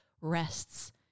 rests